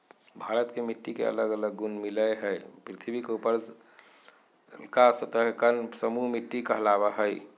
भारत के मिट्टी के अलग अलग गुण मिलअ हई, पृथ्वी के ऊपरलका सतह के कण समूह मिट्टी कहलावअ हई